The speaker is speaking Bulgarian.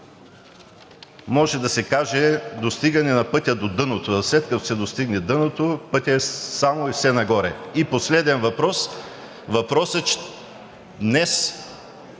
може да се окаже достигане на пътя до дъното, а след като се достигне дъното, пътят е само и все нагоре. И последен е въпросът, че днес това